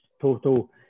total